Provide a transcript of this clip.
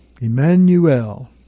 Emmanuel